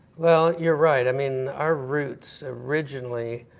well, you're right. i mean our roots originally,